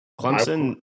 Clemson